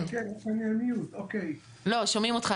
כן, בבקשה,